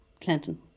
Clinton